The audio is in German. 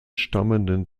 stammenden